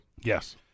Yes